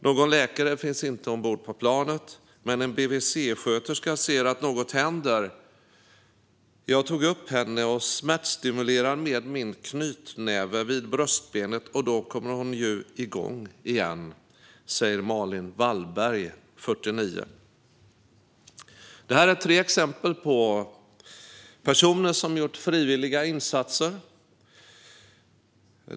Någon läkare finns inte ombord på planet, men en BVC-sköterska ser att något händer. "Jag tar upp henne och smärtstimulerar med min knytnäve vid bröstbenet och då kommer hon ju igång igen", säger Malin Wallberg, 49. Det här är tre exempel på personer som gjort frivilliga insatser.